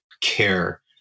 care